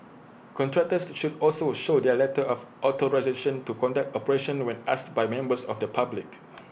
contractors should also show their letter of authorisation to conduct operations when asked by members of the public